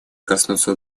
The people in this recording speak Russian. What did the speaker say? коснуться